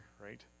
right